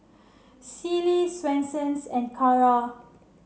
Sealy Swensens and Kara